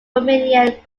romanian